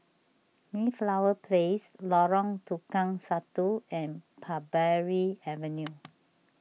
Mayflower Place Lorong Tukang Satu and Parbury Avenue